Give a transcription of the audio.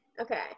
Okay